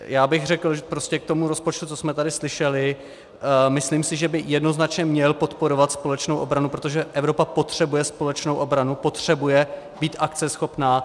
Já bych řekl prostě k tomu rozpočtu, co jsme tady slyšeli, myslím si, že by jednoznačně měl podporovat společnou obranu, protože Evropa potřebuje společnou obranu, potřebuje být akceschopná.